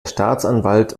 staatsanwalt